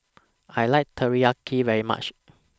I like Teriyaki very much